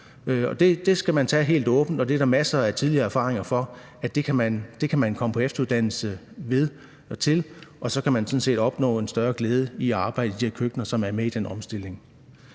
Det skal man drøfte helt åbent, og der er masser af eksempler på tidligere erfaringer med, at man kan komme på efteruddannelse i det, og så kan man sådan set opnå en større glæde ved at arbejde i de køkkener, som er med i den omstilling.